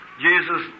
Jesus